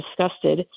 disgusted